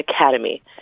academy